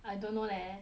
I don't know leh